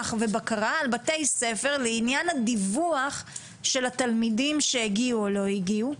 ובקרה על בתי-ספר לעניין הדיווח של התלמידים שהגיעו או לא הגיעו.